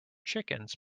chickens